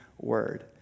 word